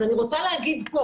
אז אני רוצה להגיד פה,